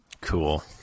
Cool